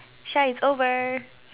Shah it's over